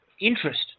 interest